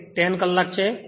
તે 10 કલાક છે